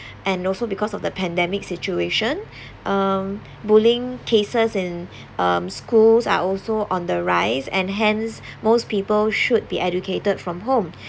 and also because of the pandemic situation um bullying cases in um schools are also on the rise and hence most people should be educated from home